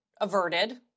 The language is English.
averted